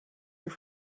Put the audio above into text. your